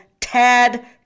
Tad